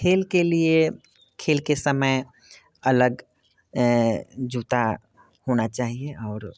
खेल के लिए खेल के समय अलग जूता होना चाहिए और